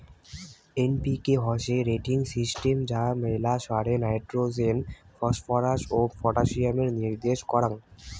NPK হসে rating system যা মেলা সারে নাইট্রোজেন, ফসফরাস ও পটাসিয়ামের নির্দেশ কারাঙ